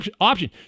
option